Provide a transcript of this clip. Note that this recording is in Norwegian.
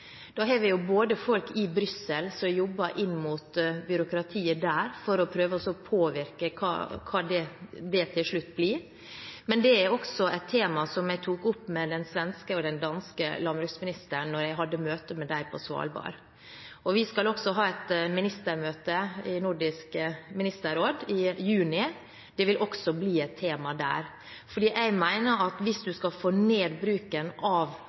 Vi har folk i Brussel som jobber inn mot byråkratiet der for å prøve å påvirke hva det til slutt blir. Men det er også et tema som jeg tok opp med den svenske og den danske landbruksministeren da jeg hadde møte med dem på Svalbard. Vi skal også ha et ministermøte i Nordisk ministerråd i juni, og dette vil også bli et tema der. Jeg mener at hvis man skal få ned bruken av